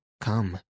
come